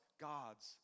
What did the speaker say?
God's